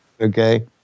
Okay